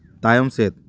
ᱛᱟᱭᱚᱢ ᱥᱮᱫ